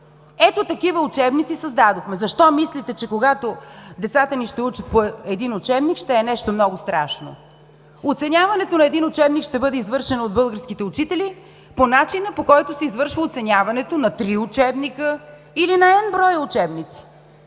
Ето такива учебници създадохме. Защо мислите, че когато децата ни ще учат по един учебник, ще е нещо много страшно? Оценяването на един учебник ще бъде извършено от българските учители, по начина, по който се извършва оценяването на три учебника или на „n“ броя учебници.